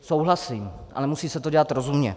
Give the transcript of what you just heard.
Souhlasím, ale musí se to dělat rozumně.